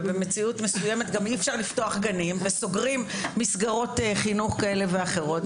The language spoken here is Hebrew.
ובמציאות שאי אפשר לפתוח גנים וסוגרים מסגרות כאלה ואחרות,